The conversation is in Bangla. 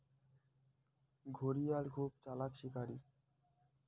ঘড়িয়াল খুব চালাক শিকারী